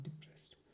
depressed